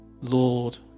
Lord